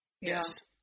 Yes